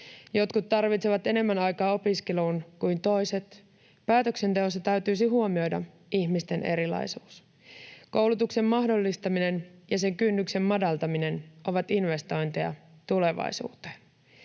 Jotkut tarvitsevat enemmän aikaa opiskeluun kuin toiset. Päätöksenteossa täytyisi huomioida ihmisten erilaisuus. Koulutuksen mahdollistaminen ja sen kynnyksen madaltaminen ovat investointeja tulevaisuuteen.